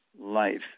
life